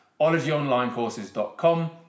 ologyonlinecourses.com